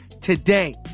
today